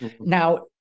Now